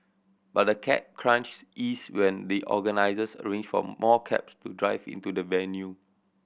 but the cab crunch ease when the organisers arranged for more cabs to drive into the venue